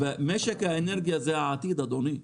משק האנרגיה זה העתיד, אדוני.